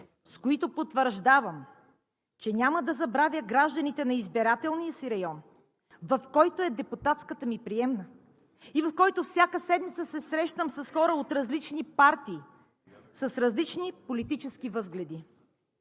с които потвърждавам, че няма да забравя гражданите на избирателния си район, в който е депутатската ми приемна и в който всяка седмица се срещам с хора от различни партии, с различни политически възгледи.